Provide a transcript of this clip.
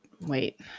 Wait